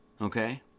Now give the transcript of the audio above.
okay